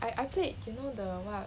I I played you know the [what]